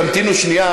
אם תמתינו שנייה,